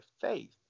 faith